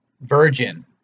virgin